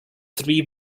three